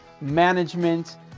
management